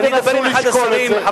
אולי תנסו לשקול את זה.